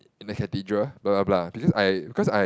in the Cathedral blah blah blah because I because I